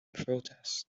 protest